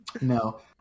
No